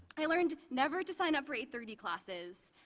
i leaned never to sign up for eight thirty classes,